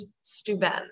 Stuben